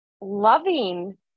loving